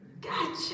gotcha